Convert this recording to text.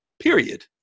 Period